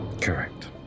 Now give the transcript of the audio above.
Correct